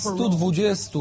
120